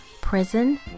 Prison